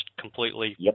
completely